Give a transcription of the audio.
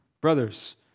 brothers